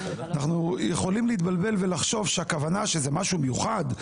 אנחנו יכולים להתבלבל ולחשוב שהכוונה למשהו מיוחד,